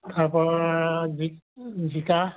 তাৰপৰা জি জিকা